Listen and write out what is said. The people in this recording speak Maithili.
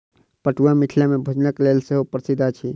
पटुआ मिथिला मे भोजनक लेल सेहो प्रसिद्ध अछि